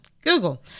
Google